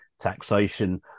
taxation